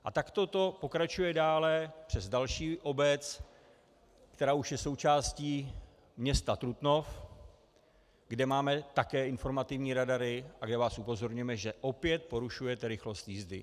A takto to pokračuje dále přes další obec, která už je součástí města Trutnov, kde máme také informativní radary a kde vás upozorňujeme, že opět porušujete rychlost jízdy.